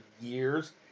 years